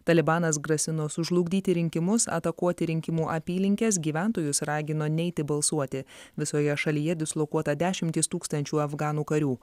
talibanas grasino sužlugdyti rinkimus atakuoti rinkimų apylinkes gyventojus ragino neiti balsuoti visoje šalyje dislokuota dešimtys tūkstančių afganų karių